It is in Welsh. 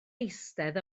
eistedd